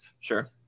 Sure